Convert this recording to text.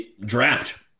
draft